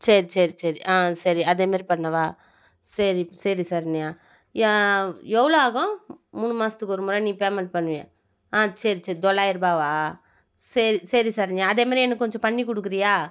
சரி சரி சரி ஆ சரி அதேமாரி பண்ணவா சரி சரி சரண்யா எவ்வளோ ஆகும் மூணு மாசத்துக்கு ஒரு முறை நீ பேமெண்ட் பண்ணுவியே ஆ சரி சரி தொள்ளாயிர்ரூபாவா சரி சரி சரண்யா அதேமாரி எனக்கு கொஞ்சம் பண்ணிக் கொடுக்குறியா